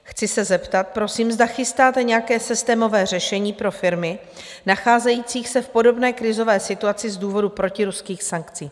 Chci se zeptat prosím, zda chystáte nějaké systémové řešení pro firmy nacházejících se v podobné krizové situaci z důvodu protiruských sankcí?